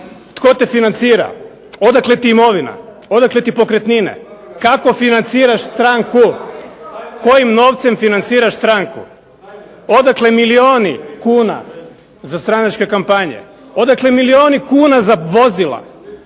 Tko te financira? Odakle ti imovina? Odakle ti pokretnine? Kako financiraš stranku? Kojim novcem financiraš stranku? Odakle milijoni kuna za stranačke kampanje? Odakle milijoni kuna za vozila?